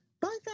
Bye